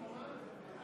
קוראים לה.